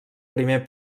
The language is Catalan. primer